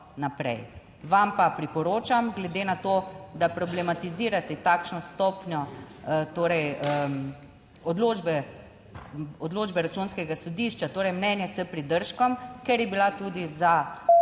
Vam pa priporočam, glede na to, da problematizirate takšno stopnjo, torej odločbe Računskega sodišča, torej mnenje s pridržkom, ker je bila tudi za